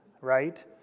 right